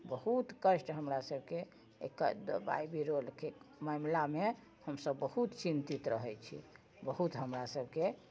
बहुत कष्ट हमरा सबके दबाइ रोगके मामिलामे हमसब बहुत चिन्तित रहै छी बहुत हमरा सबके